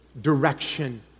direction